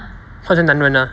换成男人 ah